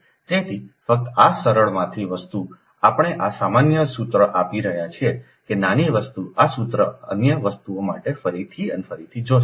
તેથી ફક્ત આ સરળમાંથી વસ્તુ આપણે આ સામાન્ય સૂત્ર આપી રહ્યા છીએ તે નાની વસ્તુ આ સૂત્ર અન્ય વસ્તુઓ માટે ફરીથી અને ફરીથી જોશે